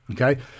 Okay